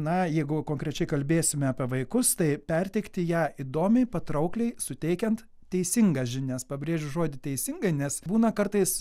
na jeigu konkrečiai kalbėsime apie vaikus tai perteikti ją įdomiai patraukliai suteikiant teisingas žinias pabrėžiu žodį teisingai nes būna kartais